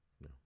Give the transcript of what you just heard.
No